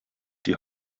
die